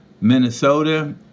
minnesota